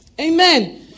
Amen